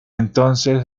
entonces